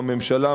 בממשלה,